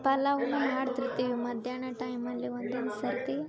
ಪಲಾವು ಮಾಡ್ತಿರ್ತೀವಿ ಮಧ್ಯಾಹ್ನ ಟೈಮಲ್ಲಿ ಒಂದೊಂದು ಸರ್ತಿ